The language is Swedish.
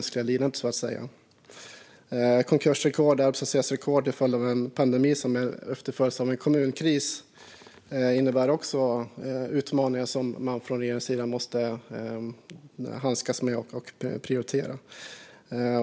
Konkursrekord och arbetslöshetsrekord till följd av en pandemi som efterföljs av en kommunkris innebär utmaningar som regeringen måste handskas med och prioritera.